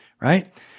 right